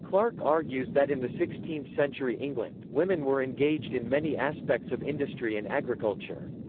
clark argues that in the sixteenth century england, women were engaged in many aspects of industry and agriculture.